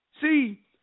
see